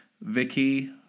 Vicky